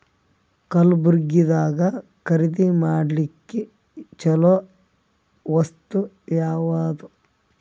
ಕಲಬುರ್ಗಿದಾಗ ಖರೀದಿ ಮಾಡ್ಲಿಕ್ಕಿ ಚಲೋ ವಸ್ತು ಯಾವಾದು?